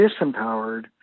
disempowered